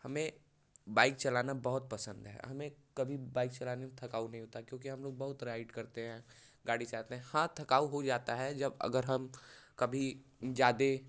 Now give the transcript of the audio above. हमें बाइक चलाना बहुत पसंद है हमें कभी बाइक चलाने में थकाऊ नहीं होता क्योंकि हम लोग बहुत राइड करते हैं गाड़ी चलाते हैं हाँ थकाऊ हो जाता है जब अगर हम कभी ज़्यादा